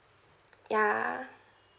yeah